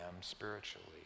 spiritually